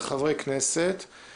שלום לכולם, אני פותח את הישיבה.